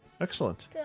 Excellent